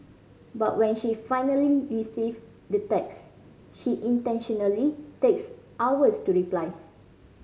but when she finally receive the text she intentionally takes hours to replys